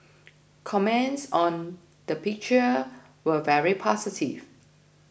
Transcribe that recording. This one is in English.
comments on the picture were very positive